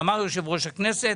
אמר יושב-ראש הכנסת,